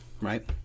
right